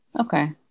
Okay